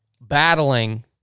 battling